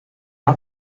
hat